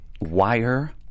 wire